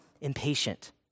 impatient